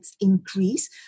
increase